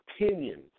opinions